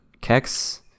Kex